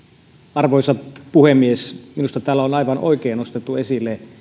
arvoisa puhemies minusta täällä on aivan oikein nostettu esille